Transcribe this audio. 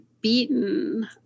beaten